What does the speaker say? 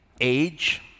age